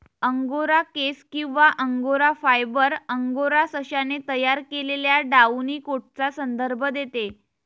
angora केस किंवा angora fibre, angora सशाने तयार केलेल्या डाउनी कोटचा संदर्भ देते